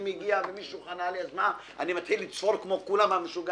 אני עושה כאשר אני מגיע לביתי ומוצא שמישהו חנה